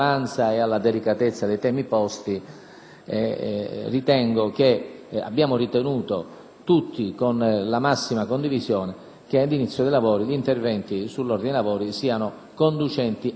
temi posti, abbiamo ritenuto tutti, con la massima condivisione, che all'inizio della seduta gli interventi sull'ordine dei lavori siano attinenti al tema reale dell'andamento dei lavori.